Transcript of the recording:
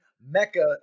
Mecca